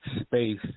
space